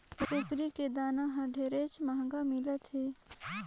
कुकरी के दाना हर ढेरेच महंगा मिलत हे